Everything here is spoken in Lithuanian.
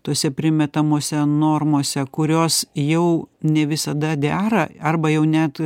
tose primetamose normose kurios jau ne visada dera arba jau net